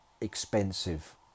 expensive